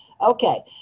Okay